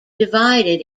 divided